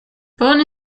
bone